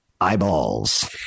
eyeballs